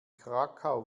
krakau